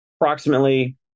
approximately